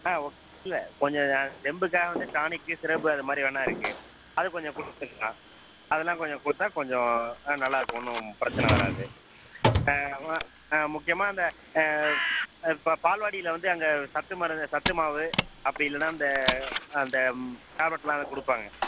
ஆ okay இல்லை கொஞ்சம் தெம்புக்காக வந்து டானிக்கு சிரப்பு அது மாதிரி வேண்ணா இருக்குது அதை கொஞ்சம் கொடுத்துக்கலாம் அதெலாம் கொஞ்சம் கொடுத்தா கொஞ்சம் ஆ நல்லாயிருக்கும் ஒன்றும் பிரச்சனை வராது வ ஆ முக்கியமாக அந்த ப பால்வாடியில் வந்து அங்கே சத்து மருந்து சத்து மாவு அப்படி இல்லைன்னா இந்த அந்த டேப்லெட்லாம் கொடுப்பாங்க